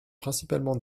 principalement